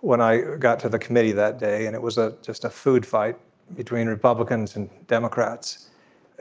when i got to the committee that day and it was ah just a food fight between republicans and democrats